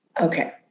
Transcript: okay